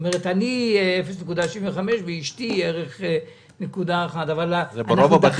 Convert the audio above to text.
הוא 0.75 ואשתו 1. זה ברוב הבתים כך.